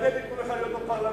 בירדן ייתנו לך להיות בפרלמנט,